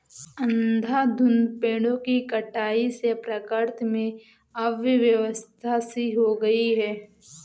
अंधाधुंध पेड़ों की कटाई से प्रकृति में अव्यवस्था सी हो गई है